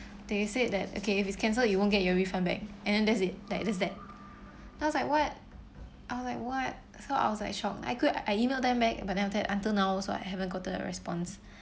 they said that okay if is cancelled you won't get your refund back and that's it like just that I was like what I was like what so I was like shocked I could I emailed them back but then after that until now also I haven't gotten a response